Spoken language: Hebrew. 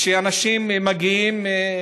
אנשים מגיעים,